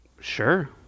Sure